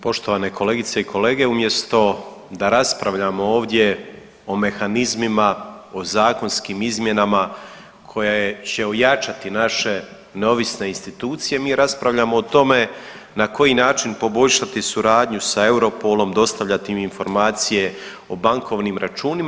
Poštovane kolegice i kolege, umjesto da raspravljamo ovdje o mehanizmima, o zakonskim izmjenama koje će ojačati naše neovisne institucije mi raspravljamo o tome na koji način poboljšati suradnju sa EUROPOL-om, dostavljati im informacije o bankovnim računima.